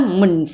mình